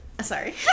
sorry